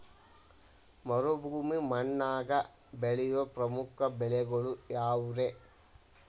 ಮರುಭೂಮಿ ಮಣ್ಣಾಗ ಬೆಳೆಯೋ ಪ್ರಮುಖ ಬೆಳೆಗಳು ಯಾವ್ರೇ?